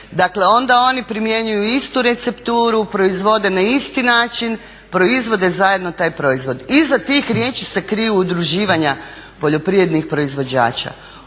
Dakle onda oni primjenjuju istu recepturu, proizvode na isti način, proizvode zajedno taj proizvod. Iza tih riječi se kriju udruživanja poljoprivrednih proizvođača.